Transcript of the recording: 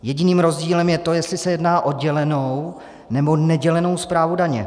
Jediným rozdílem je to, jestli se jedná o dělenou, nebo nedělenou správu daně.